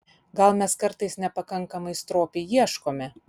gal mes kartais nepakankamai stropiai ieškome